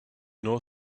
know